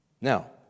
Now